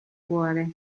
cuore